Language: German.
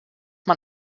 man